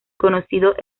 conocidos